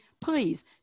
please